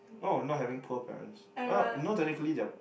no not having poor parents well no technically they are